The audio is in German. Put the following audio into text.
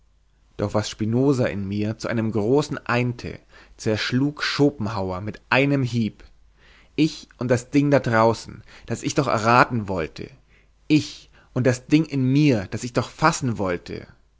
doch was spinoza mir zu einem großen einte zerschlug schopenhauer mit einem hieb ich und das ding da draußen das ich doch erraten wollte ich und das ding in mir das ich doch fassen wollte